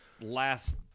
last